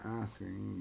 asking